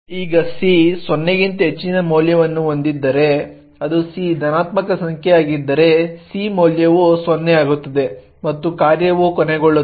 ಈಗ c 0 ಕ್ಕಿಂತ ಹೆಚ್ಚಿನ ಮೌಲ್ಯವನ್ನು ಹೊಂದಿದ್ದರೆ ಅದು c ಧನಾತ್ಮಕ ಸಂಖ್ಯೆಯಾಗಿದ್ದರೆ c ಮೌಲ್ಯವು 0 ಆಗುತ್ತದೆ ಮತ್ತು ಕಾರ್ಯವು ಕೊನೆಗೊಳ್ಳುತ್ತದೆ